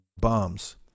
bombs